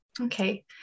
Okay